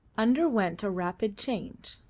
underwent a rapid change.